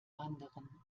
anderen